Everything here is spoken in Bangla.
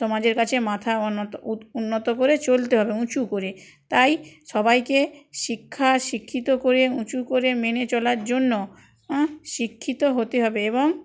সমাজের কাছে মাথা অনত উন্নত করে চলতে হবে উঁচু করে তাই সবাইকে শিক্ষা শিক্ষিত করে উঁচু করে মেনে চলার জন্য শিক্ষিত হতে হবে এবং